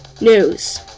news